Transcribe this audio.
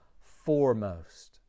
foremost